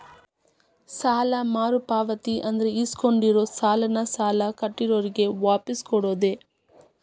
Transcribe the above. ಸಾಲ ಮರುಪಾವತಿ ಅಂದ್ರ ಇಸ್ಕೊಂಡಿರೋ ಸಾಲಾನ ಸಾಲ ಕೊಟ್ಟಿರೋರ್ಗೆ ವಾಪಾಸ್ ಕೊಡೋದ್